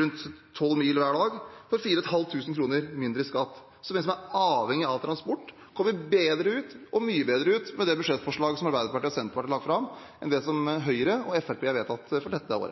rundt 12 mil hver dag, 4 500 kr mindre i skatt. Så de som er avhengig av transport, kommer bedre – mye bedre – ut med det budsjettforslaget som Arbeiderpartiet og Senterpartiet har lagt fram, enn det som